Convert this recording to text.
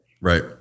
Right